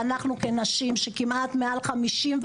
ואנחנו כנשים שכמעט מעל 51%,